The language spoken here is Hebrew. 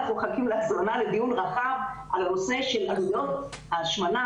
אנחנו מחכים להזמנה לדיון רחב על הנושא של עלויות ההשמנה,